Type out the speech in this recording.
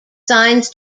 signs